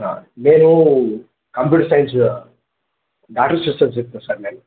నేను computer science data systems చెప్తున్నాను sir నేను